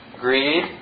Greed